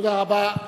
תודה רבה.